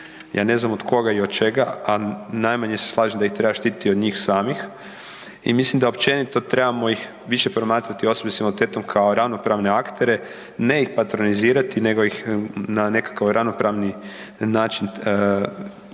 Ja ne znam od koga i od čega, a najmanje se slažem da ih treba štititi od njih samih i mislim da općenito trebamo ih više promatrati osobe s invaliditetom kao ravnopravne aktere, ne ih patronizirati nego ih na nekakav ravnopravni način u